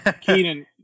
Keenan